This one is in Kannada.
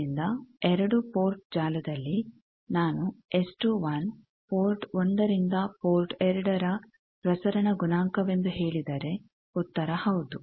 ಆದ್ದರಿಂದ 2 ಪೋರ್ಟ್ ಜಾಲದಲ್ಲಿ ನಾನು ಎಸ್21 ಪೋರ್ಟ್ 1 ರಿಂದ ಪೋರ್ಟ್ 2 ನ ಪ್ರಸರಣ ಗುಣಾಂಕವೆಂದು ಹೇಳಿದರೆ ಉತ್ತರ ಹೌದು